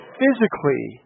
physically